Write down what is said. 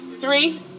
Three